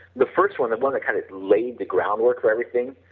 the first one the one that kind of laid the ground work for everything,